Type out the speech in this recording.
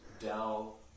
Dell